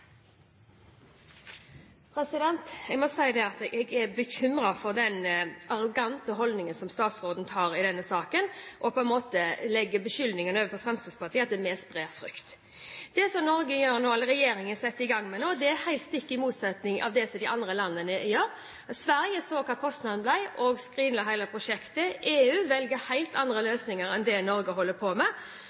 Jeg må si at jeg er bekymret over den arrogante holdningen som statsråden har i denne saken – og beskylder Fremskrittspartiet for å spre frykt. Det som regjeringen setter i gang med nå, er stikk imot det som de andre landene gjør. Sverige så hva kostnadene ble og skrinla hele prosjektet. EU velger helt andre løsninger enn det Norge holder på med.